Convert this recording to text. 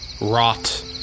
rot